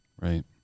Right